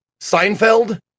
Seinfeld